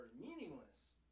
meaningless